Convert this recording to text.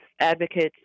advocates